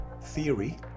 theory